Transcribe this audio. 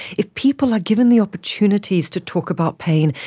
if people are given the opportunities to talk about pain,